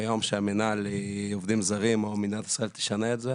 ביום שמינהל עובדים זרים או מדינת ישראל תשנה את זה,